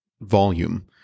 volume